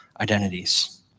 identities